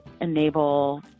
enable